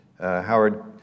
Howard